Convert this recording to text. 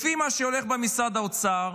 לפי מה שהולך במשרד האוצר,